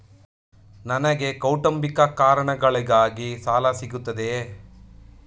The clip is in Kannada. ನನಗೆ ಕೌಟುಂಬಿಕ ಕಾರಣಗಳಿಗಾಗಿ ಸಾಲ ಸಿಗುತ್ತದೆಯೇ?